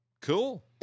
Cool